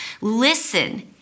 Listen